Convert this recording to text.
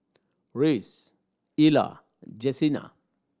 Reece Ella Jesenia